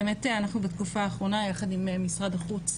אנחנו בתקופה האחרונה, יחד עם משרד החוץ,